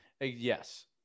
Yes